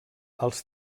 els